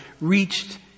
reached